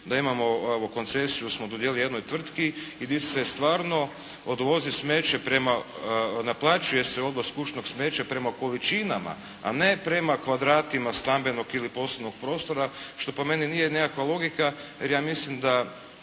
da imamo, evo koncesiju smo dodijelili jednoj tvrtki i di se stvarno odvozi smeće prema, naplaćuje se odvoz kućnog smeča prema količinama, a ne prema kvadratima stambenog ili poslovnog prostora što po meni nije nekakva logika. Jer ja mislim da